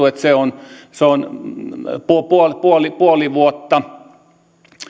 että se on se on puoli puoli vuotta